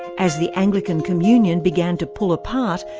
as the anglican communion began to pull apart,